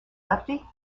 lefty